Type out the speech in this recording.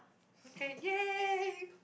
okay !yay!